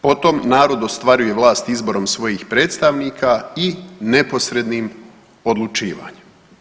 Potom, narod ostvaruje vlast izborom svojih predstavnika i neposrednim odlučivanjem.